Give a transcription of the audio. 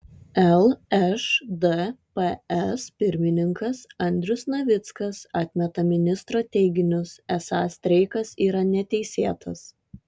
lšdps pirmininkas andrius navickas atmeta ministro teiginius esą streikas yra neteisėtas